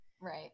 Right